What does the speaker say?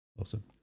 Awesome